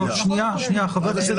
לשלם